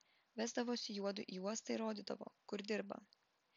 vesdavosi juodu į uostą ir rodydavo kur dirba